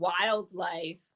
wildlife